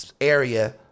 area